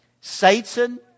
Satan